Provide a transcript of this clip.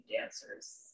dancers